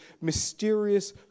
mysterious